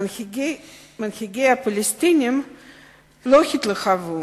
מנהיגי הפלסטינים לא התלהבו